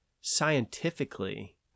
scientifically